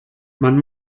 man